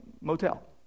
motel